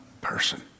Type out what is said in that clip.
person